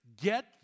Get